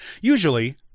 usually